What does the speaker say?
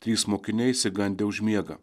trys mokiniai išsigandę užmiega